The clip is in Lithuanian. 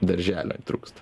darželio trūksta